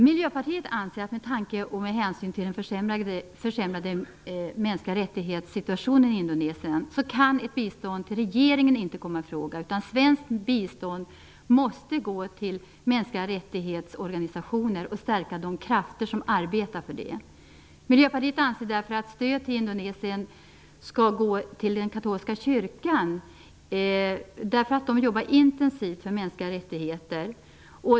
Med tanke på och med hänsyn till den försämrade mänskliga rättighets-situationen i Indonesien anser Miljöpartiet att ett bistånd till regeringen inte kan komma ifråga. Svenskt bistånd måste gå till mänskliga rättighets-organisationer och stärka de krafter som arbetar för mänskliga rättigheter. Miljöpartiet anser därför att stöd till Indonesien skall gå till den katolska kyrkan, därför att den jobbar intensivt för mänskliga rättigheter.